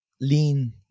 lean